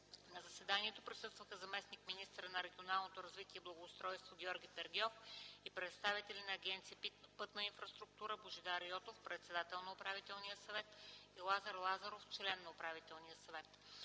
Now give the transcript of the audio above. На заседанието присъстваха заместник-министъра на регионалното развитие и благоустройството Георги Прегьов и представители на Агенция „Пътна инфраструктура” – Божидар Йотов – председател на Управителния съвет, и Лазар Лазаров – член на Управителния съвет.